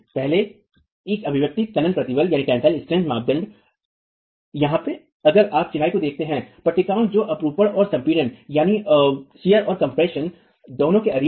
पहले एक अधिकतम तनन प्रतिबल मानदंड यहाँ अगर आप चिनाई को देखते हैं पट्टिकाओं जो अपरूपण और संपीड़न दोनों के अधीन हैं